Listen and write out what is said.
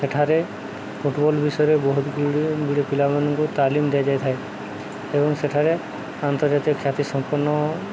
ଏଠାରେ ଫୁଟବଲ୍ ବିଷୟରେ ବହୁତ ଗୁଡ଼ିଏ ପିଲାମାନଙ୍କୁ ତାଲିମ ଦିଆଯାଇଥାଏ ଏବଂ ସେଠାରେ ଆନ୍ତର୍ଜାତିକ ଖ୍ୟାତି ସମ୍ପନ୍ନ